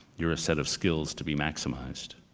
you're a set of skills to be maximized.